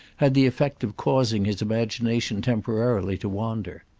had the effect of causing his imagination temporarily to wander.